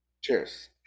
cheers